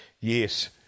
Yes